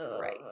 Right